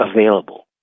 available